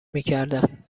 میکردن